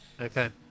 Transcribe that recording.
Okay